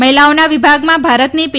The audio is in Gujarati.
મહિલાઓના વિભાગમાં ભારતની પી